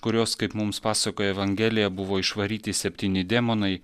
kurios kaip mums pasakoja evangelija buvo išvaryti septyni demonai